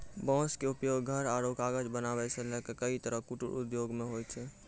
बांस के उपयोग घर आरो कागज बनावै सॅ लैक कई तरह के कुटीर उद्योग मॅ होय छै